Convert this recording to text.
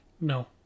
No